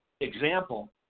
example